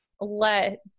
let